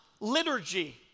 liturgy